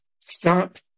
Stop